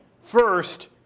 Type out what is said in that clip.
First